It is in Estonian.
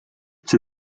see